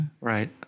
Right